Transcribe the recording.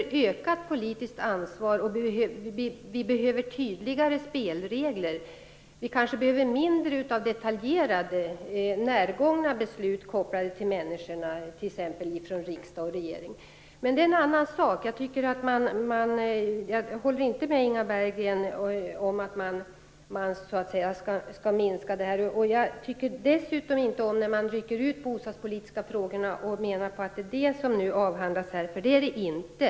Vi behöver ökat politiskt ansvar, och vi behöver tydligare spelregler. Vi kanske behöver mindre av detaljerade, närgångna beslut kopplade till människorna t.ex. från riksdag och regering. Men det är en annan sak. Jag håller inte med Inga Berggren om att man skall minska detta. Dessutom tycker jag inte om när man rycker ut de bostadspolitiska frågorna och menar att det är dessa som avhandlas här - för det är det inte.